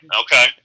Okay